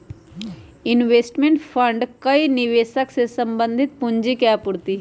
investment fund कई निवेशक से संबंधित पूंजी के आपूर्ति हई